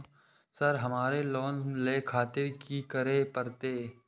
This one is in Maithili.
सर हमरो लोन ले खातिर की करें परतें?